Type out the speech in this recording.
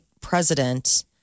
president